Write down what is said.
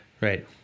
Right